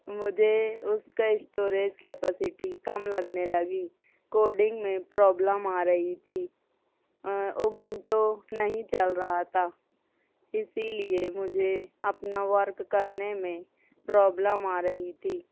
مجھے اس کا اسٹوریج کیپسٹی کم لگنے لگی کوڈنگ میں پرابلم آ رہی تھی اوبونٹو نہیں چل رہا تھا اسی لیے مجھے اپنا ورک کرنے میں پرابلم آ رہی تھی